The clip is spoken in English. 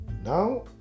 now